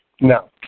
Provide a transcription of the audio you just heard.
No